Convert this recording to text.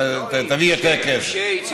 תביא יותר כסף.